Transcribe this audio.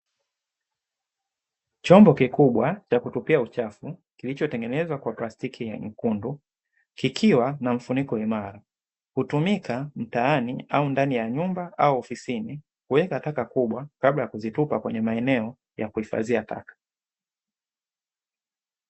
Chombo kikubwa cha kuchotea uchafu, kilicho tengenezwa kwa plastiki nyekundu, kikiwa na mfuniko imara kikitumika mtaani au ndani ya nyumba au ofisini kuweka mazingira taka kubwa kabla ya kuzitupa kwenye maeneo ya kuhesabia taka.